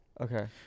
Okay